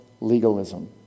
legalism